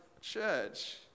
church